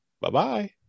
Bye-bye